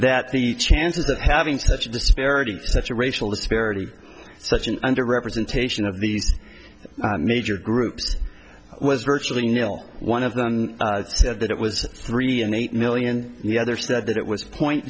that the chances of having such a disparity such a racial disparity such an under representation of these major groups was virtually nil one of them said that it was three in eight million the other said that it was point